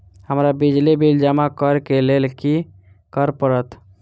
हमरा बिजली बिल जमा करऽ केँ लेल की करऽ पड़त?